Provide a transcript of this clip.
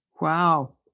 Wow